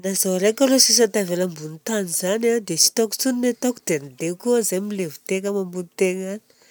Na izaho raika arô sisa tavela ambonin-tany izany a dia tsita intsony ny ataoko dia mandeha koa aho zay milevintegna mamontengna agny.